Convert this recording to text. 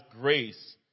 grace